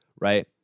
Right